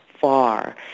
far